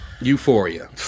Euphoria